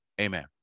Amen